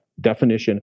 Definition